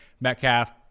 Metcalf